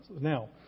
Now